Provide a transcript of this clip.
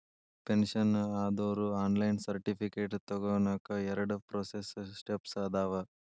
pension ಆದೋರು online certificate ತೊಗೋನಕ ಎರಡ ಪ್ರೋಸೆಸ್ ಸ್ಟೆಪ್ಸ್ ಅದಾವ